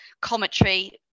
commentary